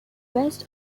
west